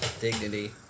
dignity